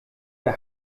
der